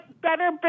Better